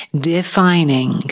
defining